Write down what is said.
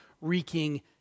wreaking